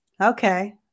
Okay